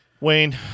Wayne